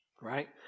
right